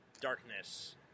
Darkness